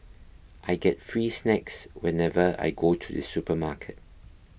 I get free snacks whenever I go to the supermarket